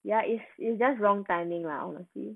ya it's it's just wrong timing lah honestly